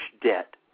debt